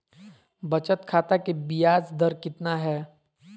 बचत खाता के बियाज दर कितना है?